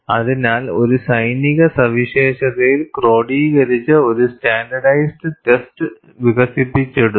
അതിനാൽ ഒരു സൈനിക സവിശേഷതയിൽ ക്രോഡീകരിച്ച ഒരു സ്റ്റാൻഡേർഡൈസ്ഡ് ടെസ്റ്റ് വികസിപ്പിച്ചെടുത്തു